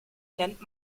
nennt